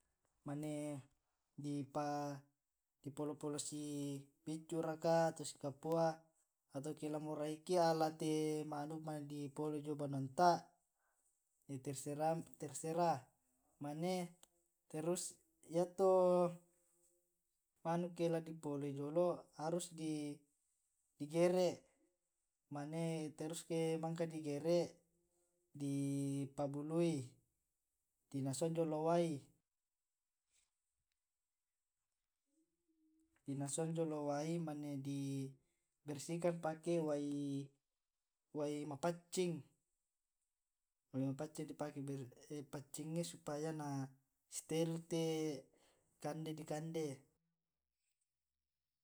mane di pa polo polo si beccu raka atau si kapoa atau ake la moraiki ala te manuk mane di polo ji banuanta terserah mane terus yato manuk ake la di poloi jolo' haru di gere' mane terus eke mangkai di gere' di pa bului di nasuang jolo' wai mane di bersihkan pake wai wai mapaccing, wai mapaccing di pake paccingngi supaya na steril te kande di kande.